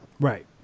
Right